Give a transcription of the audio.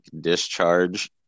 Discharge